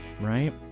right